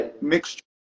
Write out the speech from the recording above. mixture